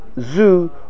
zoo